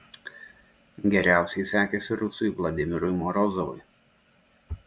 geriausiai sekėsi rusui vladimirui morozovui